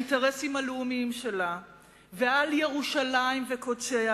על האינטרסים הלאומיים שלה ועל ירושלים וקודשיה